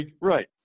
right